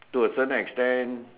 to a certain extent